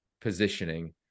positioning